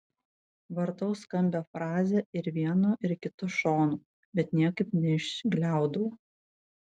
vartau skambią frazę ir vienu ir kitu šonu bet niekaip neišgliaudau